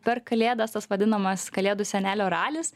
per kalėdas tas vadinamasis kalėdų senelio ralis